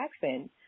Jackson